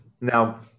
now